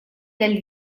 del